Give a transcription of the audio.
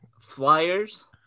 Flyers